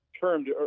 termed